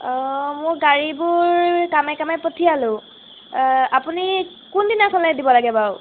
অঁ মোৰ গাড়ীবোৰ কামে কামে পঠিয়ালোঁ আপুনি কোনদিনা চলাই দিব লাগে বাৰু